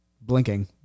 blinking